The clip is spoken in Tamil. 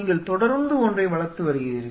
நீங்கள் தொடர்ந்து அவற்றை வளர்த்து வருகிறீர்கள்